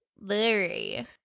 Larry